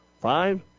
five